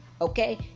okay